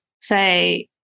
say